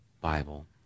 Bible